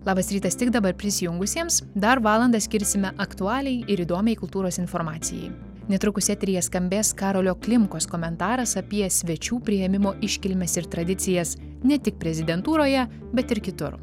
labas rytas tik dabar prisijungusiems dar valandą skirsime aktualiai ir įdomiai kultūros informacijai netrukus eteryje skambės karolio klimkos komentaras apie svečių priėmimo iškilmes ir tradicijas ne tik prezidentūroje bet ir kitur